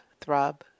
throb